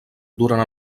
durant